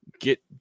Get